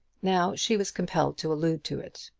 now she was compelled to allude to it.